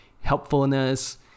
helpfulness